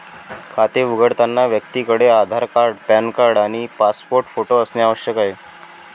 खाते उघडताना व्यक्तीकडे आधार कार्ड, पॅन कार्ड आणि पासपोर्ट फोटो असणे आवश्यक आहे